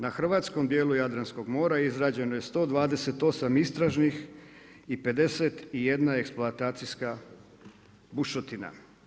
Na hrvatskom dijelu Jadranskog mora izrađeno je 128 istražnih i 51 eksploatacijska bušotina.